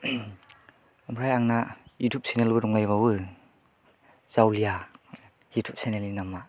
ओमफ्राय आंना इउथुब चेनेलबो दंलाय बावो जावलिया इउथुब चेनेलनि नामा